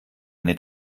eine